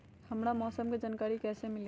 हमरा मौसम के जानकारी कैसी मिली?